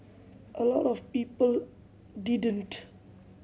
a lot of people didn't